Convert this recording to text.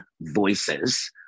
Voices